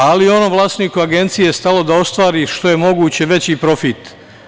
Ali onom vlasniku Agencije je stalo da ostvari što je moguće veći profit.